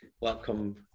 Welcome